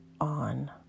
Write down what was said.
on